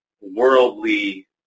worldly